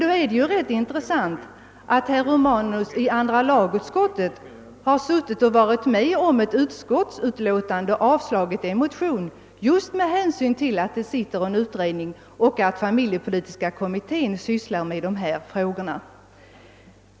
Det är emellertid ganska intressant att notera att herr Romanus i andra lagutskottet själv varit med om att utarbeta ett utlåtande som yrkar avslag på en motion just med hänsyn till att det pågår en utredning i familjepolitiska kommittén — som arbetar med frågan.